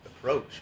approach